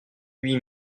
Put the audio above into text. huit